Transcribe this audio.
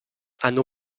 hanno